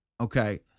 Okay